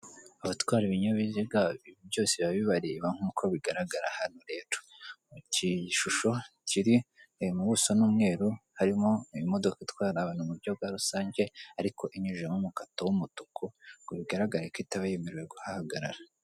Abatwara ibinyabiziga byose bibabibareba nk'uko bigaragara hano, rero mu gishusho kiri mu buso bw'umweru harimo imodoka itwara abantu mu buryo bwa rusange, ariko inyujijemo umukato w'umutuku ngo bigaragare ko i itaba yemerewe kuhahagarara.